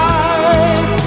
eyes